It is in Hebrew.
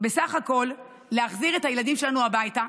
בסך הכול להחזיר את הילדים שלנו הביתה,